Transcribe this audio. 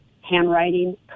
handwriting